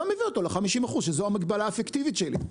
יביא אותו ל-50% שזו המגבלה הפיקטיבית שלי.